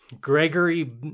Gregory